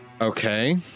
Okay